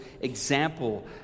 example